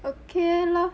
okay lah